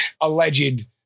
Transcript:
alleged